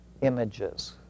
images